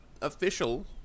official